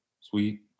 sweet